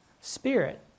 spirit